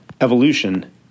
evolution